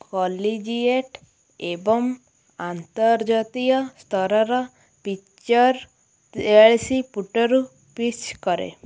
collegiate ଏବଂ ଆନ୍ତର୍ଜାତୀୟ ସ୍ତରର ପିଚର୍ ତେୟାଳିଶି ଫୁଟରୁ ପିଚ୍ କରେ